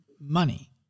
money